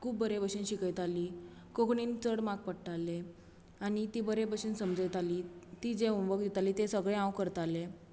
खूब बरे भाशेन शिकयताली कोंकणीन चड मार्क पडटाले आनी ती बऱ्या भाशेन समजयताली ती जे होमवर्क दिताली तें सगळें हांव करतालें